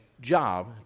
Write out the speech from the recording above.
job